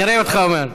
נראה אותך אומר.